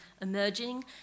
emerging